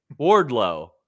Wardlow